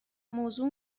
موضوع